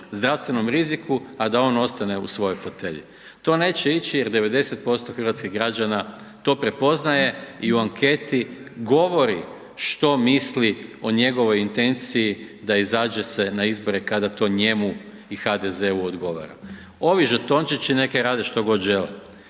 zdravstvenom riziku, a da on ostane u svojoj fotelji. To neće ići jer 90% hrvatskih građana to prepoznaje i u anketi govori što misli o njegovoj intenciji da izađe se na izbore kada to njemu i HDZ-u odgovara. Ovi žetončići neka rade što god žele,